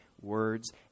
words